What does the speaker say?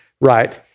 right